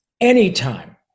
Anytime